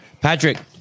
Patrick